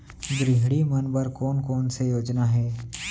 गृहिणी मन बर कोन कोन से योजना हे?